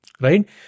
right